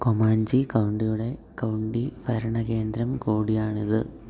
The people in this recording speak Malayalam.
കൊമാഞ്ചീ കൗണ്ടിയുടെ കൗണ്ടി ഭരണകേന്ദ്രം കൂടിയാണിത്